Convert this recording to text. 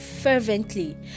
fervently